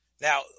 Now